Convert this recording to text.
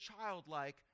childlike